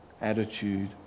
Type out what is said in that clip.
attitude